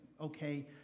okay